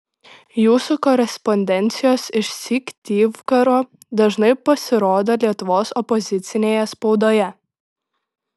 jūsų korespondencijos iš syktyvkaro dažnai pasirodo lietuvos opozicinėje spaudoje